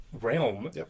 realm